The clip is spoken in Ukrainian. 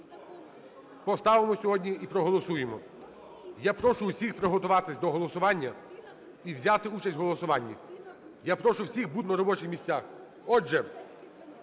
поставимо сьогодні і проголосуємо. Я прошу усіх приготуватися до голосування і взяти участь у голосуванні. Я прошу всіх бути на робочих місцях. Отже,